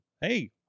Hey